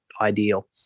ideal